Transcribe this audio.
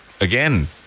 again